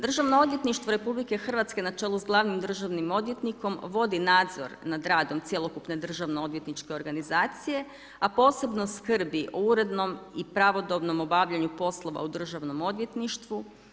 Državno odvjetništvo Republike Hrvatske na čelu sa glavnim državnim odvjetnikom vodi nadzor nad radom cjelokupne državno odvjetničke organizacije, a posebno skrbi o urednom i pravodobnom obavljanju poslova u Državnom odvjetništvu.